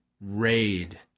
Raid